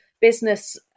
business